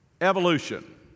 Evolution